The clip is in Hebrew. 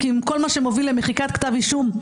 כי כל מה שמוביל למחיקת כתב אישום זה